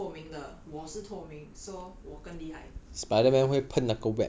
but but spiderman 不是透明的我是透明 so 我更厉害